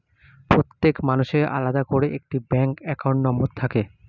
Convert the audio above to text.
প্রত্যেক মানুষের আলাদা করে একটা ব্যাঙ্ক অ্যাকাউন্ট নম্বর থাকে